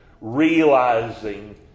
Realizing